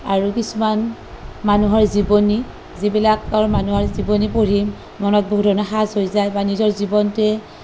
আৰু কিছুমান মানুহৰ জীৱনী যিবিলাকৰ মানুহৰ জীৱনী পঢ়ি মনত বহু ধৰণৰ সাঁজ ৰৈ যায় বা নিজৰ জীৱনটোৱে